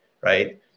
right